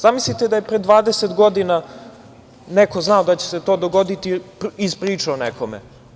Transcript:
Zamislite da je pre 20 godina, neko znao da će se to dogoditi i ispričao nekome.